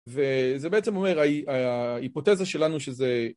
וזה בעצם אומר, ההיפותזה שלנו שזה...